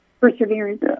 Perseverance